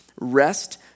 rest